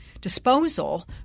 disposal